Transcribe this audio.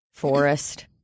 forest